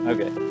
Okay